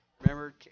Remember